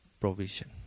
provision